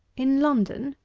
in london,